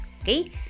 Okay